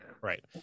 Right